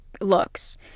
looks